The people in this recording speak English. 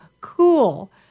cool